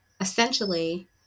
essentially